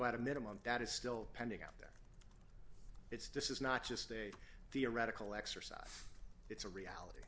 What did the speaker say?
at a minimum that is still pending out there it's this is not just a theoretical exercise it's a reality